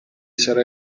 sarà